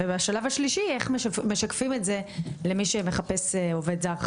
והשלב השלישי הוא איך משקפים את זה למי שמחפש עובד זר חדש.